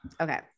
Okay